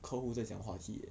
客户在讲话话题 leh